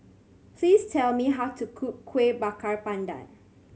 please tell me how to cook Kueh Bakar Pandan